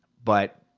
but,